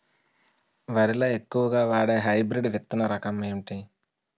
వరి లో ఎక్కువుగా వాడే హైబ్రిడ్ విత్తన రకం ఏంటి?